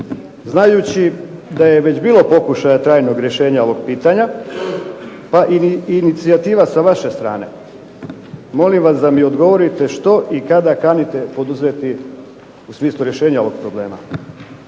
Znajući da je već bilo pokušaja trajnog rješenja ovog pitanja pa i inicijativa sa vaše strane, molim vas da mi odgovorite što i kada kanite poduzeti u smislu rješenja ovog problema.